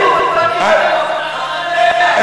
אבל איך?